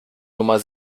nummer